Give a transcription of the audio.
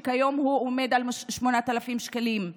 שכיום עומד על 8,000 שקלים.